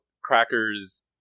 crackers